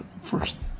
first